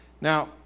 Now